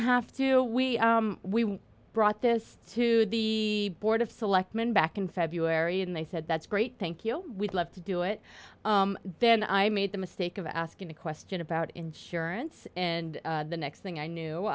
have to we we brought this to the board of selectmen back in february and they said that's great thank you we'd love to do it then i made the mistake of asking a question about insurance and the next thing i knew